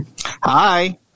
Hi